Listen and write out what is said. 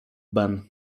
ben